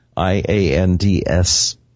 I-A-N-D-S